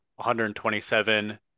127